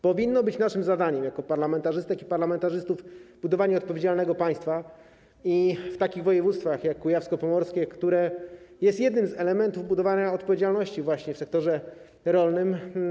Powinno być naszym zadaniem jako parlamentarzystek i parlamentarzystów budowanie odpowiedzialnego państwa i w takich województwach jak kujawsko-pomorskie, które jest jednym z elementów budowania odpowiedzialności właśnie w sektorze rolnym.